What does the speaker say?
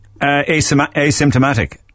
asymptomatic